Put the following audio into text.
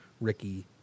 Ricky